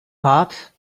hot